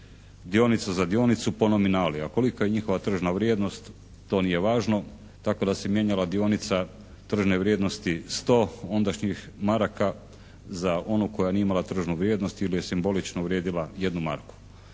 dionica za dionicu po nominali, a koliko je njihova tržna vrijednost to nije važno. Tako da se mijenjala dionica tržne vrijednosti 100 ondašnjih maraka za onu koja nije imala tržnu vrijednost ili je simbolično vrijedila 1 marku.